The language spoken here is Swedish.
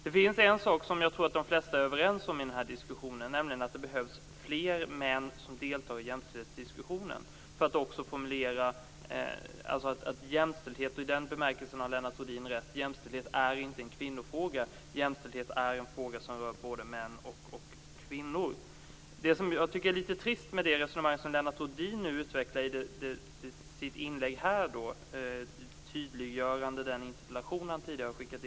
De flesta är överens om en sak, nämligen att det behövs fler män som deltar i jämställdhetsdiskussionen. Jämställdhet är inte en kvinnofråga. I den bemärkelsen har Lennart Rohdin rätt. Jämställdhet är en fråga som rör både män och kvinnor. Lennart Rohdin utvecklade en trist del i sitt resonemang när han tydliggjorde den interpellation han hade väckt.